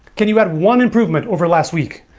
can you add one improvement over last week?